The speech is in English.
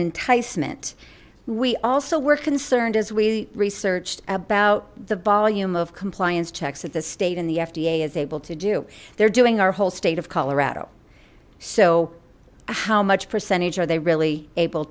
enticement we also were concerned as we researched about the volume of compliance checks that the state and the fda is able to do they're doing our whole state of colorado so how much percentage are they really able